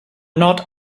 not